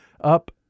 up